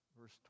verse